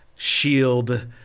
Shield